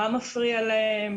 מה מפריע להם,